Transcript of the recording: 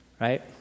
Right